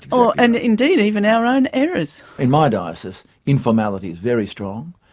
so and indeed even our own errors. in my dioceses informality is very strong.